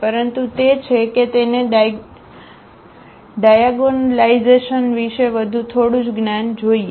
પરંતુ તે છે કે તેને ડાયાગોનલાઇઝેશન વિશે વધુ થોડું જ્ જ્ઞાન જોઈએ